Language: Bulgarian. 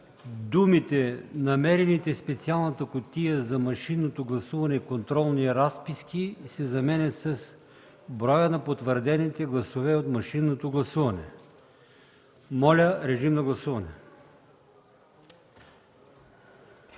думите „намерените в специалната кутия за машинното гласуване контролни разписки” се заменят с „броя на потвърдените гласове от машинното гласуване”. Моля, гласувайте.